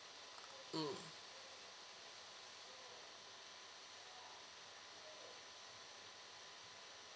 mm